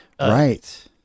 Right